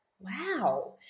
wow